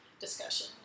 discussion